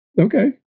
Okay